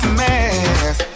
mess